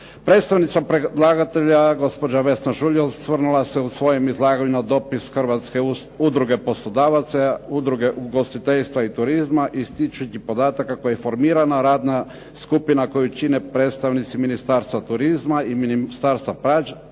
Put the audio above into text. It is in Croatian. Predstavnica predlagatelja, gospođa Vesna Žulj osvrnula se u svojem izlaganju na dopis Hrvatske udruge poslodavaca, udruge ugostiteljstva i turizma ističući podataka koji je formirana radna skupina koju čine predstavnici Ministarstva turizma i Ministarstva pravosuđa